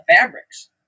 fabrics